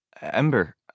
Ember